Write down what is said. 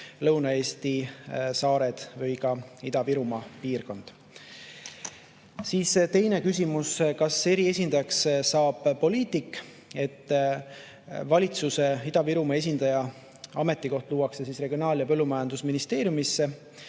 Lõuna-Eesti, saared või Ida-Virumaa piirkond. Teine küsimus: "Kas eriesindajaks saab poliitik?" Valitsuse Ida-Virumaa esindaja ametikoht luuakse Regionaal- ja Põllumajandusministeeriumisse.